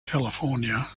california